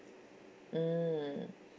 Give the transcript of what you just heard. mm